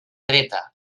dreta